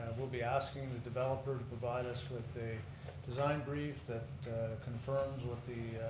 we'll be asking the developer to provide us with the design brief that confirms what the